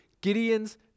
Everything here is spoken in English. Gideon's